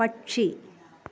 പക്ഷി